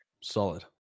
Solid